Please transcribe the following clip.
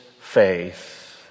faith